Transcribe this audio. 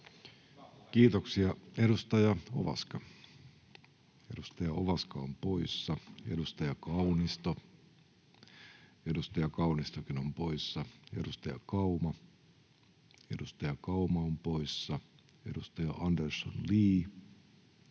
Kiitoksia. — Edustaja Ovaska on poissa. Edustaja Kaunistokin on poissa. Edustaja Kauma on poissa. Edustaja Andersson,